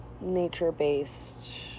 nature-based